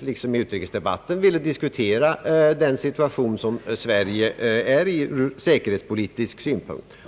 liksom inte heller i utrikesdebatten vill diskutera den situation som Sverige befinner sig i från säkerhetspolitisk synpunkt.